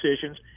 decisions